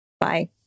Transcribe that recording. bye